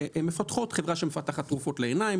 חברה שמפתחת תרופות לעיניים,